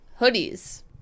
Hoodies